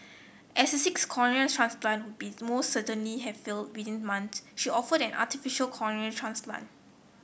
as a sixth cornea transplant would be most certainly have failed within months she offered an artificial cornea transplant